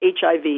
HIV